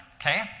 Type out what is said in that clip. Okay